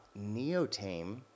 Neotame